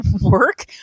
work